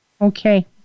Okay